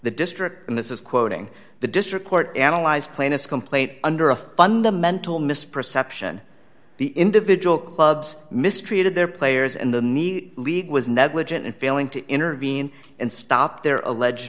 the district and this is quoting the district court analyzed plaintiff's complaint under a fundamental misperception the individual clubs mistreated their players and the need the league was negligent in failing to intervene and stop there are alleged